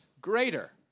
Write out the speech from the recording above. greater